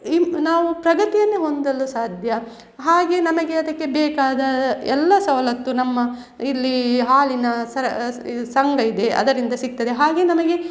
ಇಮ್ ನಾವು ಪ್ರಗತಿಯನ್ನೇ ಹೊಂದಲು ಸಾಧ್ಯ ಹಾಗೆ ನಮಗೆ ಅದಕ್ಕೆ ಬೇಕಾದ ಎಲ್ಲ ಸವಲತ್ತು ನಮ್ಮ ಇಲ್ಲಿ ಹಾಲಿನ ಸರ ಇದು ಸಂಘ ಇದೆ ಅದರಿಂದ ಸಿಕ್ತದೆ ಹಾಗೆ ನಮಗೆ